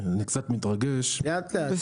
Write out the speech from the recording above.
אני קצת מתרגש --- לאט, לאט.